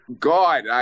God